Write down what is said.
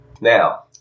Now